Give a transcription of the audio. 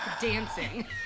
dancing